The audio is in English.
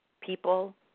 People